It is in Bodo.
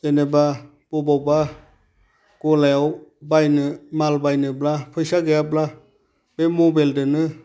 जेनेबा बबावबा गलायाव बायनो माल बायनोब्ला फैसा गैयाब्ला बे मबेलदोंनो